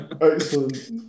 Excellent